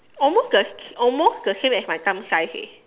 almost the almost the same as my thumb size eh